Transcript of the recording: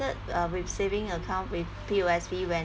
started uh with saving account with P_O_S_B when